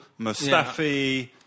Mustafi